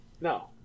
No